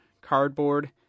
cardboard